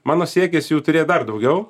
mano siekis jų turėt dar daugiau